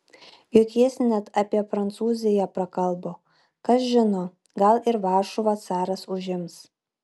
juk jis net apie prancūziją prakalbo kas žino gal ir varšuvą caras užims